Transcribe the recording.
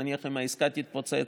נניח אם העסקה תתפוצץ,